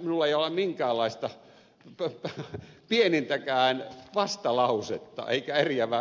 minulla ei ole minkäänlaista pienintäkään vastalausetta eikä eriävää mielipidettä